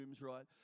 right